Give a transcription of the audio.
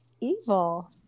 evil